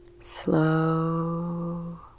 Slow